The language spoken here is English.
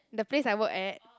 the place I work at